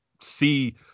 see